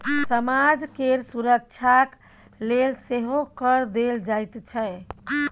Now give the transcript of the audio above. समाज केर सुरक्षाक लेल सेहो कर देल जाइत छै